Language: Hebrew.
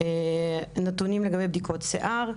נתונים לגבי בדיקות שיער,